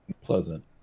pleasant